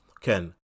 Ken